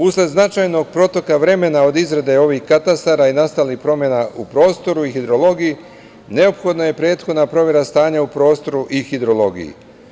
Usled značajnog protoka vremena od izrade ovih katastara i nastalih promena u prostoru i hidrologiji, neophodna je prethodna provera stanja u prostoru i hidrologiji.